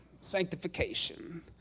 Sanctification